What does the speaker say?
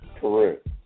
Correct